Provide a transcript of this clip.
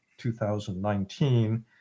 2019